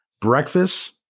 breakfast